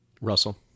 Russell